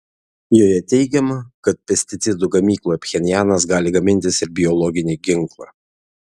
joje teigiama kad pesticidų gamykloje pchenjanas gali gamintis ir biologinį ginklą